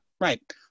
Right